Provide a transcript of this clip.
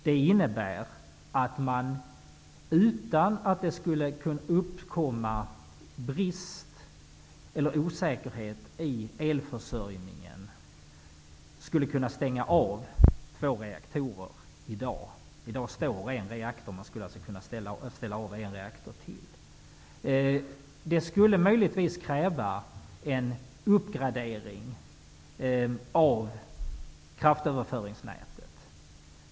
Det innebär att man utan att det skulle uppkomma brist eller osäkerhet i elförsörjningen kan stänga av två reaktorer i dag. I dag står en reaktor, och man kan alltså ställa av en reaktor till. Det här skulle möjligtvis kräva en viss uppgradering av kraftöverföringsnätet.